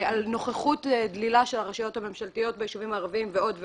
על נוכחות דלילה של הרשויות הממשלתיות ביישובים הערביים ועוד ועוד,